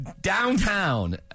downtown